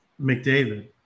McDavid